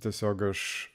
tiesiog aš